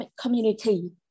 community